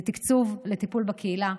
לתקצוב הטיפול בקהילה.